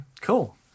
Cool